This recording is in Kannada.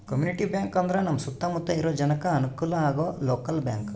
ಕಮ್ಯುನಿಟಿ ಬ್ಯಾಂಕ್ ಅಂದ್ರ ನಮ್ ಸುತ್ತ ಮುತ್ತ ಇರೋ ಜನಕ್ಕೆ ಅನುಕಲ ಆಗೋ ಲೋಕಲ್ ಬ್ಯಾಂಕ್